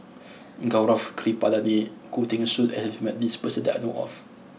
Gaurav Kripalani and Khoo Teng Soon has met this person that I know of